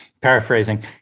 Paraphrasing